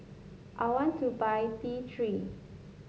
I want to buy T Three